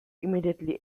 immediately